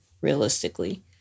realistically